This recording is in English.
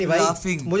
laughing